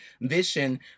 vision